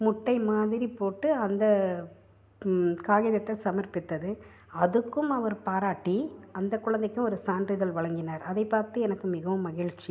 முட்டை மாதிரி போட்டு அந்த காகிதத்தை சமர்பித்தது அதுக்கும் அவர் பாராட்டி அந்த குழந்தைக்கும் ஒரு சான்றிதழ் வழங்கினார் அதை பார்த்து எனக்கு மிகவும் மகிழ்ச்சி